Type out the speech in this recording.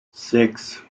six